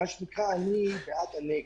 מה שנקרא, אני בעד הנגד.